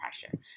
pressure